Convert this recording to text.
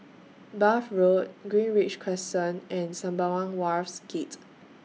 Bath Road Greenridge Crescent and Sembawang Wharves Gate